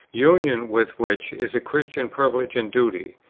union with which is a christian privilege and duty.